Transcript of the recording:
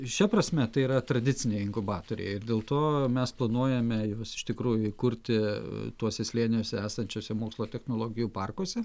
šia prasme tai yra tradiciniai inkubatoriai ir dėl to mes planuojame juos iš tikrųjų įkurti tuose slėniuose esančiuose mokslo technologijų parkuose